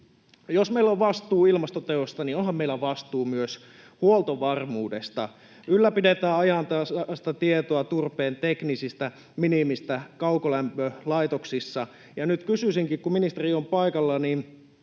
Jos meillä on vastuu ilmastoteoista, niin onhan meillä vastuu myös huoltovarmuudesta. Ylläpidetään ajantasaista tietoa turpeen teknisestä minimistä kaukolämpölaitoksissa. Nyt kysyisinkin, kun ministeri on paikalla: